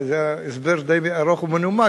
כי זה היה הסבר די ארוך ומנומק,